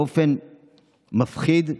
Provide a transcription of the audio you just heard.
באופן מפחיד,